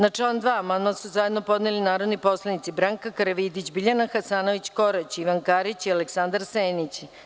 Na član 2. amandman su zajedno podneli narodni poslanici Branka Karavidić, Biljana Hasanović – Korać, Ivan Karić i Aleksandar Senić.